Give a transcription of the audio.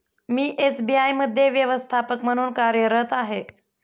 मी SBI मध्ये व्यवस्थापक म्हणून कार्यरत आहे